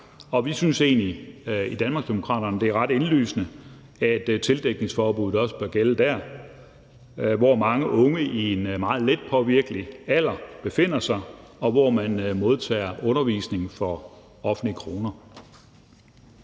Vi synes egentlig i Danmarksdemokraterne, at det er ret indlysende, at tildækningsforbuddet også bør gælde der, hvor mange unge i en meget letpåvirkelig alder befinder sig, og hvor man modtager undervisning for offentlige kroner.